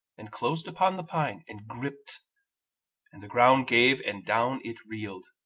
and closed upon the pine, and gripped and the ground gave, and down it reeled.